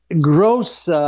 gross